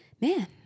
man